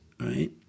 right